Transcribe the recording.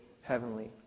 heavenly